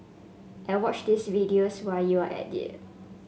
and watch this videos while you're at it